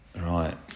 Right